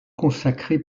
consacré